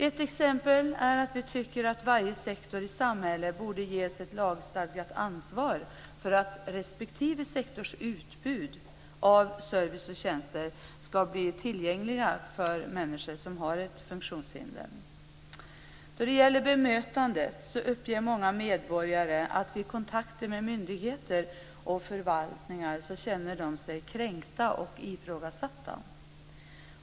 Ett exempel är att vi tycker att varje sektor i samhället borde ges ett lagstadgat ansvar för att respektive sektors utbud av service och tjänster ska blir tillgängligt för människor som har ett funktionshinder. Då det gäller bemötandet uppger många medborgare att de känner sig kränkta och ifrågasatta vid kontakter med myndigheter och förvaltningar.